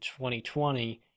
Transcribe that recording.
2020